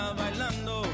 bailando